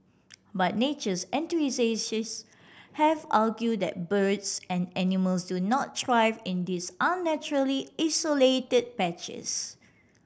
but natures have argued that birds and animals do not thrive in these unnaturally isolated patches